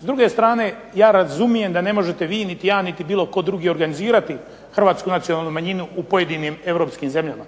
S druge strane, ja razumijem da ne možete niti vi, niti ja, niti bilo tko drugi organizirati Hrvatsku nacionalnu manjinu u pojedinim europskim zemljama,